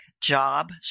job